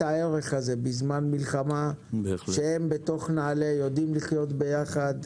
הערך הזה בזמן מלחמה שהם בנעל"ה יודעים לחיות ביחד.